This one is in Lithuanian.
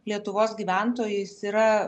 lietuvos gyventojų jis yra